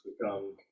become